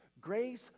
Grace